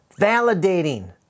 validating